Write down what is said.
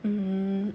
mm